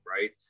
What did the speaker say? right